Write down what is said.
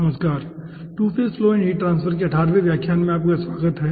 नमस्कार two phase flow and heat transfer के अठारहवें व्याख्यान में आपका स्वागत है